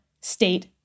state